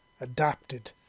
Adapted